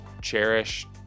cherish